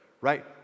right